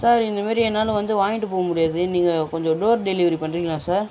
sir இந்த மேரி என்னால் வந்து வாங்கிட்டு போக முடியாது நீங்கள் கொஞ்சம் டோர் டெலிவரி பண்ணுறீங்களா சார்